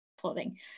clothing